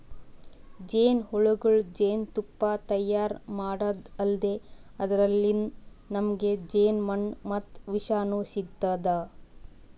ಜೇನಹುಳಗೊಳ್ ಜೇನ್ತುಪ್ಪಾ ತೈಯಾರ್ ಮಾಡದ್ದ್ ಅಲ್ದೆ ಅದರ್ಲಿನ್ತ್ ನಮ್ಗ್ ಜೇನ್ಮೆಣ ಮತ್ತ್ ವಿಷನೂ ಸಿಗ್ತದ್